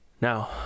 Now